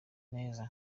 neza